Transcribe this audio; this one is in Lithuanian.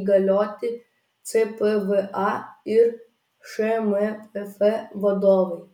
įgalioti cpva ir šmpf vadovai